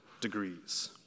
degrees